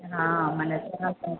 हा माना